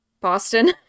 Boston